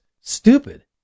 stupid